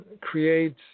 create